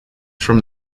from